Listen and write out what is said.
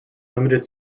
limited